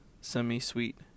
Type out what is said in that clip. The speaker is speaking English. semi-sweet